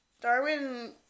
Darwin